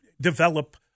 develop